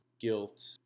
guilt